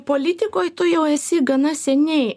politikoj tu jau esi gana seniai